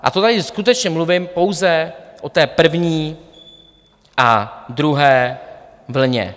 A to tady skutečně mluvím pouze o té první a druhé vlně.